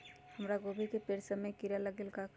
हमरा गोभी के पेड़ सब में किरा लग गेल का करी?